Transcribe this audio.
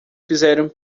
fizeram